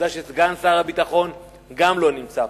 והעובדה שסגן שר הביטחון גם לא נמצא פה,